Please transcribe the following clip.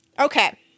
Okay